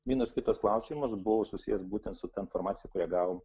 vienas kitas klausimas buvo susijęs būtent su ta informacija kurią gavom